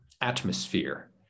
atmosphere